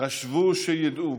חשוב שידעו